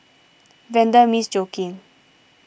Vanda Miss Joaquim